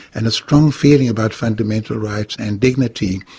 and a strong feeling about fundamental rights and dignity.